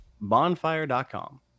Bonfire.com